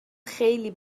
خیلی